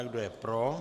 Kdo je pro?